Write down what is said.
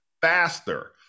faster